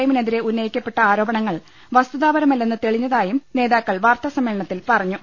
എമ്മിനെതിരെ ഉന്നയിക്കപ്പെട്ട ആരോപണങ്ങൾ വസ്തുതാപരമല്ലെന്ന് തെളിഞ്ഞതായും നേതാക്കൾ വാർത്താസമ്മേളനത്തിൽ പറഞ്ഞു